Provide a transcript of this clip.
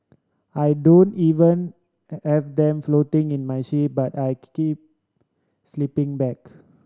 I don't even have them floating in my sheep but I keep sleeping bag